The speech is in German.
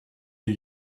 wir